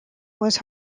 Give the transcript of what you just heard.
was